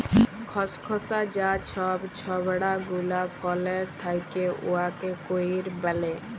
খসখসা যা ছব ছবড়া গুলা ফলের থ্যাকে উয়াকে কইর ব্যলে